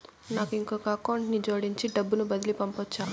నాకు ఇంకొక అకౌంట్ ని జోడించి డబ్బును బదిలీ పంపొచ్చా?